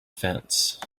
fence